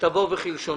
ככתבו וכלשונו.